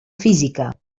física